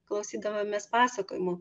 klausydavomės pasakojimų